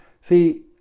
See